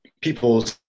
people's